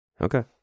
Okay